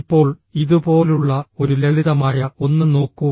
ഇപ്പോൾ ഇതുപോലുള്ള ഒരു ലളിതമായ ഒന്ന് നോക്കൂ